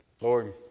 lord